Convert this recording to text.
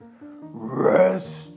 rest